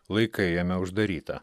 laikai jame uždarytą